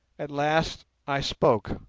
at last i spoke.